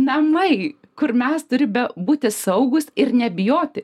namai kur mes turi be būti saugūs ir nebijoti